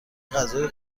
غذای